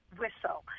whistle